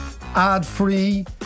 ad-free